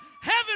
heaven